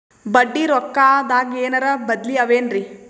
ಬಡ್ಡಿ ರೊಕ್ಕದಾಗೇನರ ಬದ್ಲೀ ಅವೇನ್ರಿ?